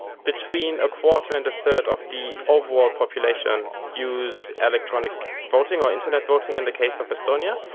between a quarter and a third of the overall population use electronic voting or internet voting, in the case of estonia,